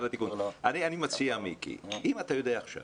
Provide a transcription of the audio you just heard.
אני מציע, מיקי, שאם אתה יודע עכשיו